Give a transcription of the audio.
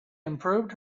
improved